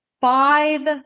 five